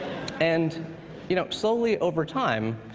and you know slowly over time,